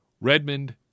Redmond